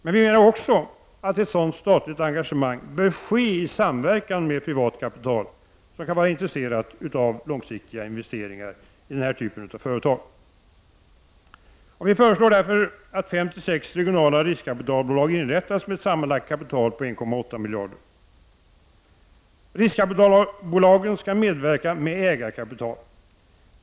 Men vi menar också att ett sådant statligt engagemang bör ske i samverkan med privat kapital, som kan vara intresserat av långsiktiga investeringar i denna typ av företag. Vi föreslår därför att fem till sex regionala riskkapitalbolag inrättas med ett sammanlagt kapital på 1,8 miljarder kronor. Riskkapitalbolagen skall medverka med ägarkapital.